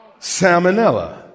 Salmonella